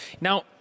Now